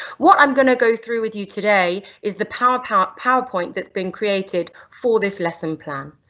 what i'm going to go through with you today is the powerpoint powerpoint that's been created for this lesson plan.